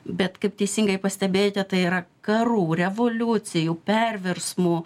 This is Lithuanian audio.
bet kaip teisingai pastebėjote tai yra karų revoliucijų perversmų